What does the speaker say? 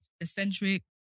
Eccentric